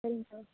சரிங்கக்கா